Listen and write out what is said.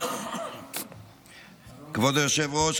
כבוד היושב-ראש,